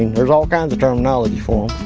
there's all kinds of terminology for